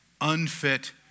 unfit